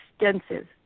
extensive